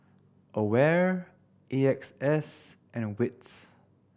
AWARE A X S and wits